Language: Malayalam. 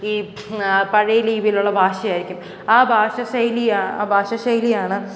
ഈ പഴയ ലിപിയിലുള്ള ഭാഷയായിരിക്കും ആ ഭാഷ ശൈലിയാണ് ആ ഭാഷ ശൈലിയാണ്